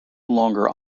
longer